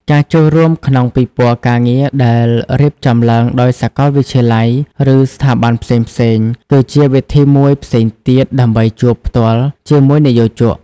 ការចូលរួមក្នុងពិព័រណ៍ការងារដែលរៀបចំឡើងដោយសាកលវិទ្យាល័យ ឬស្ថាប័នផ្សេងៗ គឺជាវិធីមួយផ្សេងទៀតដើម្បីជួបផ្ទាល់ជាមួយនិយោជក។